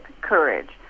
courage